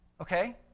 Okay